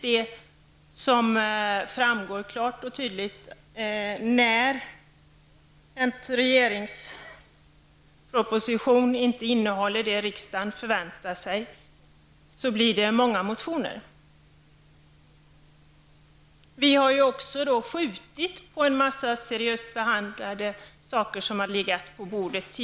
Det framgår klart och tydligt att när en proposition från regeringen inte innehåller det som riksdagen förväntar sig, blir det många motioner. Vi har ju också skjutit på en mängd seriöst behandlade ärenden som tidigare har legat på bordet.